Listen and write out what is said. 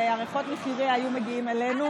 והריחות מחירייה היו מגיעים אלינו,